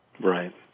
Right